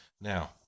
Now